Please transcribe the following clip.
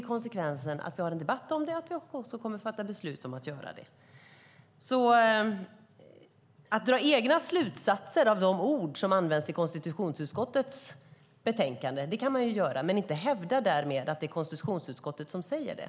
Konsekvensen är att vi har en debatt om det och att vi kommer att fatta beslut om det. Att dra egna slutsatser av de ord som används i konstitutionsutskottets betänkande kan man ju göra, men man kan inte hävda att det är konstitutionsutskottet som säger det.